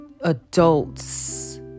adults